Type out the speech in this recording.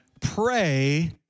pray